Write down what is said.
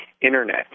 internet